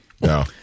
No